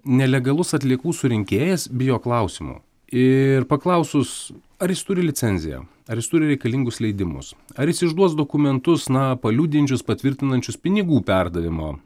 nelegalus atliekų surinkėjas bijo klausimų ir paklausus ar jis turi licenziją ar jis turi reikalingus leidimus ar jis išduos dokumentus na paliudijančius patvirtinančius pinigų perdavimo